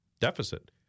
deficit